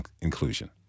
inclusion